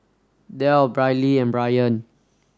Del Briley and Brian